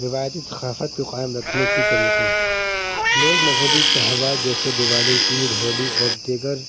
روایتی ثقافت کو قائم رکھنے کی طریقے لوگ مذہبی تہوار جیسے دیوالی عید ہولی اور دیگر